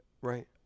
Right